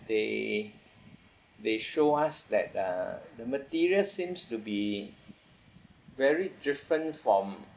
they they show us that uh the material seems to be very different from